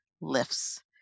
lifts